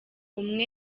umwe